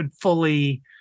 fully